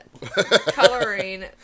coloring